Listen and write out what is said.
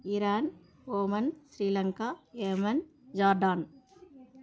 Iran Oman Sri Lanka Yemen Jordan